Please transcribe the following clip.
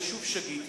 אני שוב שגיתי,